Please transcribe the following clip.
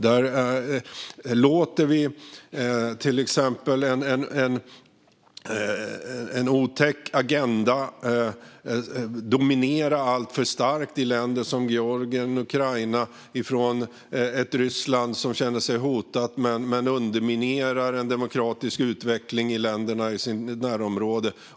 Vi låter till exempel en otäck agenda dominera alltför starkt i länder som Georgien och Ukraina från ett Ryssland som känner sig hotat och underminerar en demokratisk utveckling i länderna i sitt närområde.